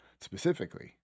specifically